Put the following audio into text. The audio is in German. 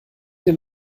den